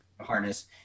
harness